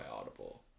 Audible